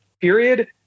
period